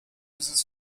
uses